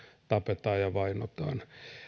tapetaan ja vainotaan